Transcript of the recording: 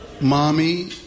mommy